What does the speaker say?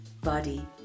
Body